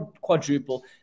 quadruple